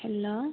hello